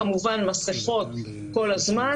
כמובן מסכות כל הזמן,